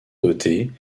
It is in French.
dotées